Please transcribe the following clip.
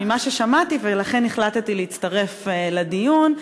ממה ששמעתי ולכן החלטתי להצטרף לדיון,